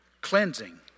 cleansing